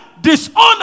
Dishonor